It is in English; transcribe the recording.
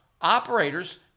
operators